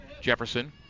Jefferson